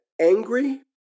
angry